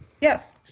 Yes